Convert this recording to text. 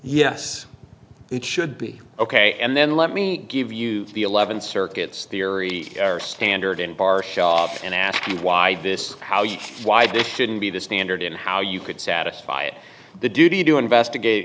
yes it should be ok and then let me give you the eleventh circuit's theory or standard in bar and asking why this how you why this shouldn't be the standard and how you could satisfy it the duty to investigate